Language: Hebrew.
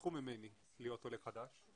שחסכו ממני להיות עולה חדש.